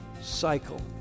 cycle